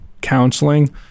counseling